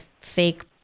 fake